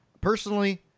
personally